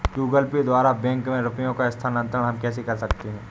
Google Pay द्वारा bank में रुपयों का स्थानांतरण हम कैसे कर सकते हैं?